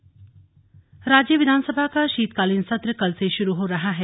सर्वदलीय बैठक राज्य विधानसभा का शीतकालीन सत्र कल से शुरू हो रहा है